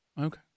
Okay